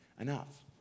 enough